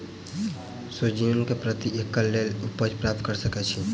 सोहिजन केँ प्रति एकड़ कतेक उपज प्राप्त कऽ सकै छी?